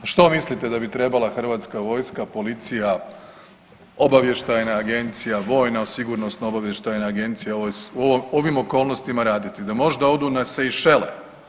A što mislite da bi trebala Hrvatska vojska, policija, obavještajna agencija, vojno-sigurnosno obavještajna agencija u ovim okolnostima raditi, da možda odu na Sejšele?